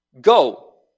Go